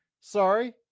Sorry